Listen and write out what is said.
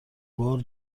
بار